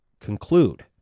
conclude